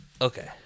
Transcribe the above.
Okay